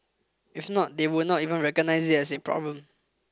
if not they would not even recognise it as a problem